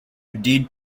indeed